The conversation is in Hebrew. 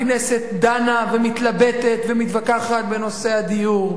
הכנסת דנה ומתלבטת ומתווכחת בנושא הדיור,